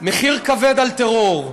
מחיר כבד על טרור.